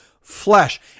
flesh